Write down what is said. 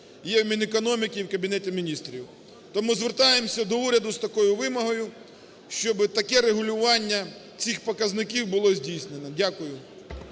є в Мінекономіки і в Кабінеті Міністрів. Тому звертаємося до уряду з такою вимогою, щоби таке регулювання цих показників було здійснено. Дякую.